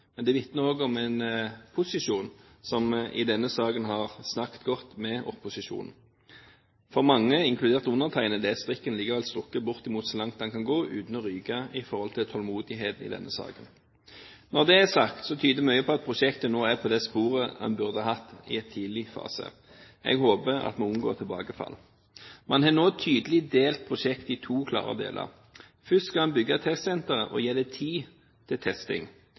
men det vitner også om en posisjon som i denne saken har snakket godt med opposisjonen. For mange, inkludert undertegnede, er strikken strukket bortimot så langt den kan gå uten å ryke med tanke på tålmodighet i denne saken. Når det er sagt, tyder mye på at prosjektet nå er på det sporet det burde ha vært i en tidlig fase. Jeg håper at vi unngår tilbakefall. Man har nå tydelig delt prosjektet i to klare deler. Først skal man bygge testsenteret – og gi det tid til testing.